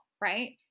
right